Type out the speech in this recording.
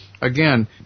Again